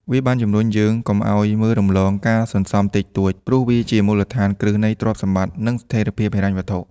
វាបានជំរុញយើងកុំអោយមើលរំលងការសន្សំតិចតួច ព្រោះវាជាមូលដ្ឋានគ្រឹះនៃទ្រព្យសម្បត្តិ និងស្ថិរភាពហិរញ្ញវត្ថុ។